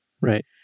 Right